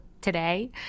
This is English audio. today